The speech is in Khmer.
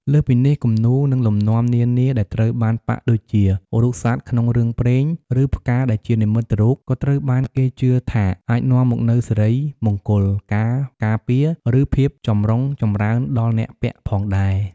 លើសពីនេះ គំនូរ និងលំនាំនានាដែលត្រូវបានប៉ាក់ដូចជា រូបសត្វក្នុងរឿងព្រេង ឬផ្កាដែលជានិមិត្តរូប ក៏ត្រូវបានគេជឿថាអាចនាំមកនូវសិរីមង្គល ការការពារ ឬភាពចម្រុងចម្រើនដល់អ្នកពាក់ផងដែរ។